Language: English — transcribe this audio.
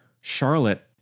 Charlotte